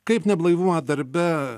kaip neblaivumą darbe